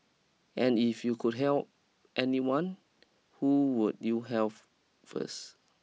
and if you could heal anyone who would you health first